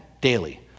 daily